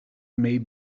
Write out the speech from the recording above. may